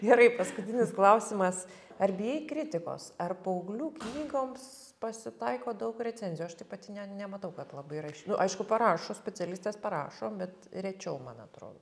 gerai paskutinis klausimas ar bijai kritikos ar paauglių knygoms pasitaiko daug recenzijų aš taip pati nematau kad labai raši nu aišku parašo specialistės parašo bet rečiau man atrodo